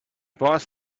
boss